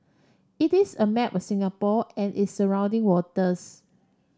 it is a map of Singapore and its surrounding waters